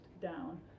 down